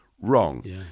wrong